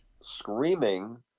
screaming